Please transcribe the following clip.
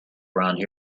around